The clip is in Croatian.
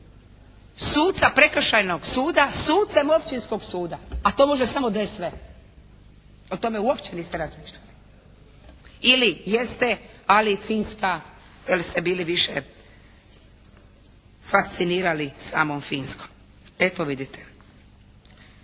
suca Prekršajnog suda sucem Općinskog suda, a to može samo DSV. O tome uopće niste razmišljali. ili jeste ali Finska jer ste bili više fascinirali samom Finskom. Eto vidite,